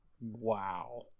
Wow